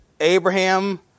Abraham